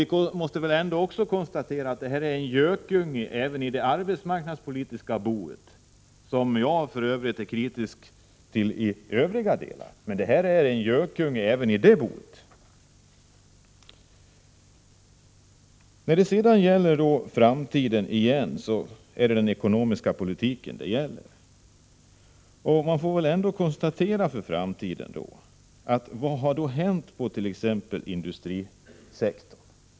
Vi måste väl ändå konstatera att ungdomslagen är en gökunge även i det arbetsmarknadspolitiska boet, som jag för övrigt är kritisk till också i andra delar. För framtiden är det den ekonomiska politiken det gäller. Vad har hänt inom t.ex. industrisektorn?